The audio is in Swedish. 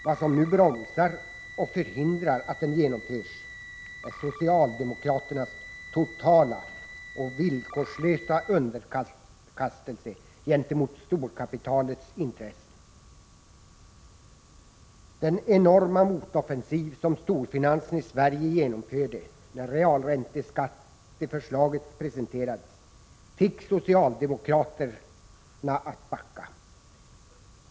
Vad som nu bromsar och förhindrar att den genomförs är socialdemokraternas totala och villkorslösa underkastelse gentemot storkapitalets intressen. Den enorma motoffensiv som storfinansen i Sverige genomförde när realränteskatteförslaget presenterades fick socialdemokraterna att backa.